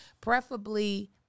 preferably